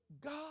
God